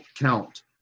count